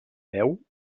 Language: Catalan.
veu